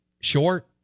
short